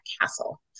castle